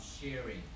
sharing